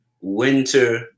winter